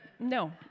No